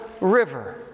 river